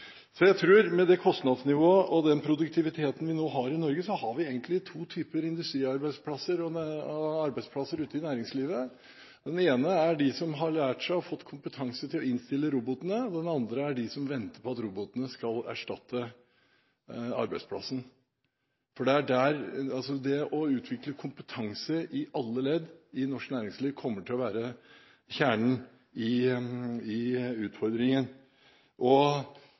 produktiviteten vi nå har i Norge, har vi egentlig to typer industriarbeidsplasser og arbeidsplasser i næringslivet. Den ene er de som har lært, og som har skaffet seg kompetanse til å innstille robotene. Den andre er de som venter på at robotene skal erstatte arbeidsplassen. Kjernen i utfordringen for norsk næringsliv kommer til å være det å utvikle kompetanse i alle ledd. Skattelettelser, samferdsel og infrastruktur er virkemidler for å få dette til. Man prøver å